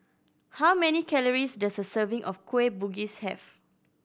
how many calories does a serving of Kueh Bugis have